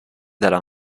dalla